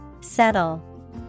Settle